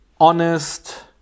honest